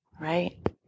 Right